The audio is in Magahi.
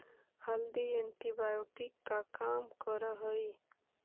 हल्दी एंटीबायोटिक का काम करअ हई